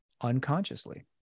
unconsciously